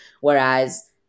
Whereas